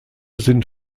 sind